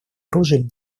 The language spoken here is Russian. оружием